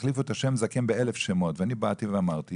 החליפו את השם זקן באלף שמות ואני באתי ואמרתי